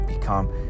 become